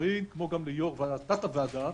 ג'בארין כמו גם ליו"ר תת הוועדה